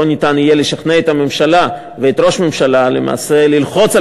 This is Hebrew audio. יהיה אפשר לשכנע את הממשלה ואת ראש הממשלה ללחוץ על